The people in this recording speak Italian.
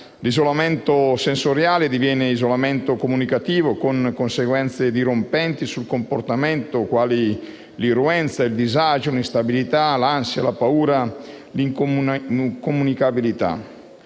L'isolamento sensoriale diventa isolamento comunicativo, con conseguenze dirompenti sul comportamento, quali l'irruenza, il disagio, l'instabilità, l'ansia, la paura e l'incomunicabilità.